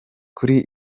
kuri